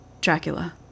Dracula